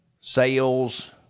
sales